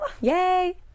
Yay